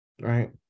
right